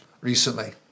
recently